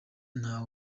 nta